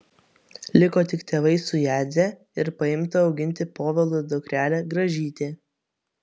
liko tik tėvai su jadze ir paimta auginti povilo dukrele gražyte